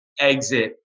exit